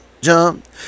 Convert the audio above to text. jump